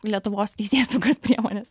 lietuvos teisėsaugos priemones